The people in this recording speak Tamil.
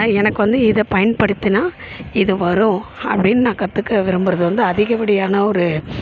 எனக்கு வந்து இத பயன்படுத்துன்னா இது வரும் அப்படின்னு நான் கற்றுக்க விரும்புறது வந்து அதிகப்படியான ஒரு